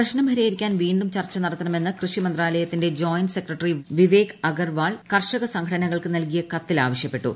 പ്രശ്നം പരിഹരിക്കാൻ വീണ്ടും ചർച്ച നടത്തണമെന്ന് കൃഷി മന്ത്രാലയത്തിലെ ജോയിന്റ് സെക്രട്ടറി വിവേക് അഗർവാൾ കർഷക സംഘടനകൾക്ക് നൽകിയ കത്തിൽ ആവശ്യപ്പെട്ടു